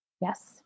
Yes